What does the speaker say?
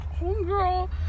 homegirl